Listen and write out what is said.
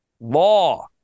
law